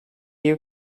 you